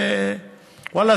וואללה,